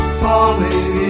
falling